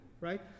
right